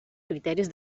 criteris